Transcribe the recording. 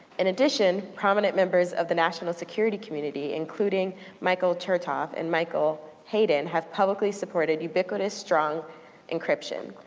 in addition, prominent members of the national security community, including michael chertoff and michael hayden, have publicly supported ubiquitous strong encryption.